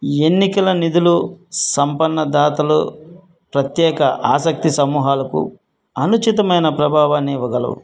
ఎన్నికల నిధులు సంపన్నదాతలు ప్రత్యేక ఆసక్తి సమూహాలకు అనుచితమైన ప్రభావాన్ని ఇవ్వగలవు